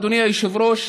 אדוני היושב-ראש,